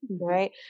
right